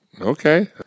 Okay